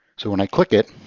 so when i click it,